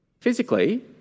Physically